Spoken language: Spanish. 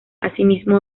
asimismo